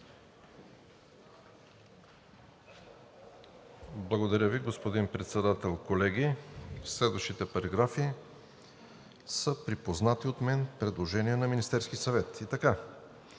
Благодаря Ви, господин Председател. Колеги, следващите параграфи са припознати от мен. Предложение на Министерския съвет. По